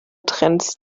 trends